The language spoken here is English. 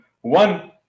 one